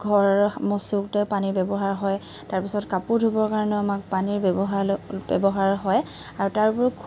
ঘৰ মুচোতে পানীৰ ব্যৱহাৰ হয় তাৰপাছত কাপোৰ ধুবৰ কাৰণেও আমাক পানীৰ ব্যৱহাৰ লৈ ব্যৱহাৰ হয় আৰু তাৰ উপৰিও